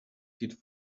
feed